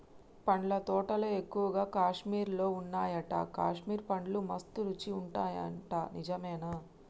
పండ్ల తోటలు ఎక్కువగా కాశ్మీర్ లో వున్నాయట, కాశ్మీర్ పండ్లు మస్త్ రుచి ఉంటాయట నిజమేనా